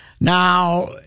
Now